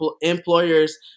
employers